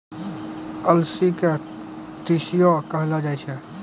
अलसी के तीसियो कहलो जाय छै